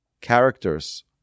characters